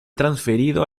transferido